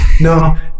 No